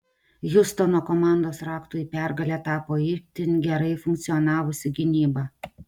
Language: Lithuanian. hjustono komandos raktu į pergalę tapo itin gerai funkcionavusi gynyba